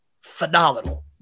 phenomenal